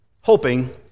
hoping